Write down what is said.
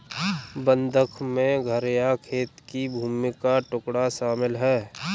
बंधक में घर या खेत की भूमि का टुकड़ा शामिल है